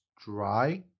dry